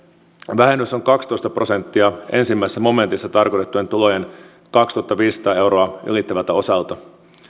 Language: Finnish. vähennys on kaksitoista prosenttia ensimmäisessä momentissa tarkoitettujen tulojen kaksituhattaviisisataa euroa ylittävältä osalta